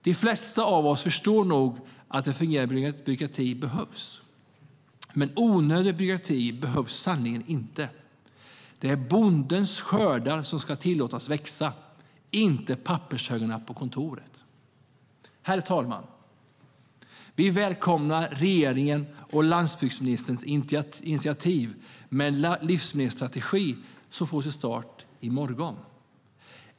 De flesta av oss förstår nog att en fungerande byråkrati behövs, men onödig byråkrati behövs sannerligen inte. Det är bondens skördar som ska tillåtas växa, inte pappershögarna på kontoret. Herr talman! Vi välkomnar regeringens och landsbygdsministerns initiativ med en livsmedelsstrategi som får sin start i morgon.